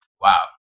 wow